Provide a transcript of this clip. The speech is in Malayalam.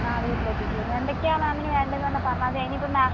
ആ വീട്ടിൽ എത്തിച്ച് തരും എന്തൊക്കെയാണ് മാമിന് വേണ്ടതെന്ന് പറഞ്ഞാൽ പറഞ്ഞാൽ മതി ഇനി ഇപ്പം മാം